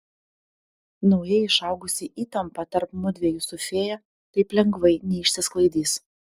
naujai išaugusi įtampa tarp mudviejų su fėja taip lengvai neišsisklaidys